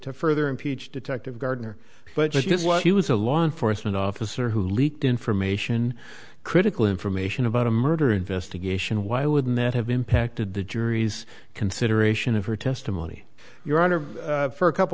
to further impeach detective gardner but just what he was a law enforcement officer who leaked information critical information about a murder investigation why would that have impacted the jury's consideration of her testimony your honor for a couple